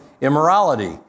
immorality